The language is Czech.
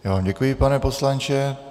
Já vám děkuji, pane poslanče.